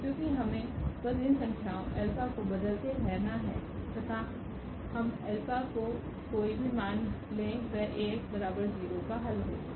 क्योकि हमें बस इन संख्याओ अल्फ़ा को बदलते रहना है तथा हम अल्फ़ा का कोई भी मान ले वह का हल होगा